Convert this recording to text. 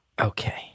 okay